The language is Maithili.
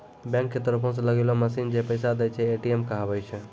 बैंको के तरफो से लगैलो मशीन जै पैसा दै छै, ए.टी.एम कहाबै छै